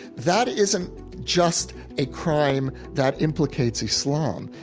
that isn't just a crime that implicates islam,